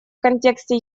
контексте